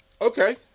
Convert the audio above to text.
Okay